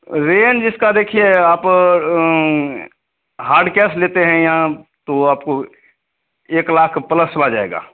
range इसकी देखिए आप हार्ड कैश लेते हैं यहाँ तो आपको एक लाख प्लस में आ जाएगा